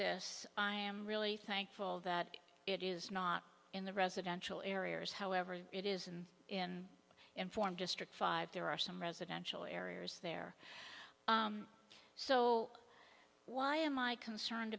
this i am really thankful that it is not in the residential areas however it is and in inform district five there are some residential areas there so why am i concerned